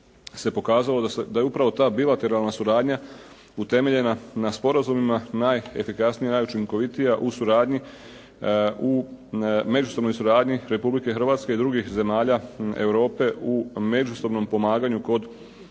se pokazalo da je upravo ta bilateralna suradnja utemeljena na sporazumima najefikasnija, najučinkovitija u suradnji, u međusobnoj suradnji Republike Hrvatske i drugih zemalja Europe u međusobnom pomaganju kod